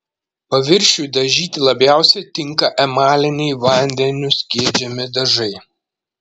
paviršiui dažyti labiausiai tinka emaliniai vandeniu skiedžiami dažai